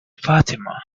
fatima